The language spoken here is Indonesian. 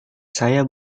saya